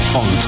on